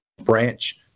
branch